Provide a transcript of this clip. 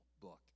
book